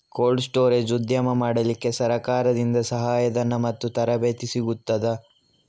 Cold storage ಉದ್ಯಮ ಮಾಡಲಿಕ್ಕೆ ಸರಕಾರದಿಂದ ಸಹಾಯ ಧನ ಮತ್ತು ತರಬೇತಿ ಸಿಗುತ್ತದಾ?